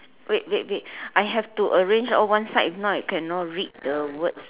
wait wait wait I have to arrange all one side if not I cannot read the words